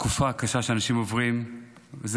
התקופה הקשה שאנשים עוברים גם,